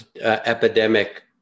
epidemic